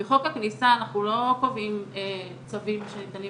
בחוק הכניסה, אנחנו לא קובעים הסדרים